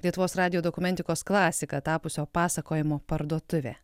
lietuvos radijo dokumentikos klasika tapusio pasakojimo parduotuvė